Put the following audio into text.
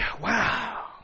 wow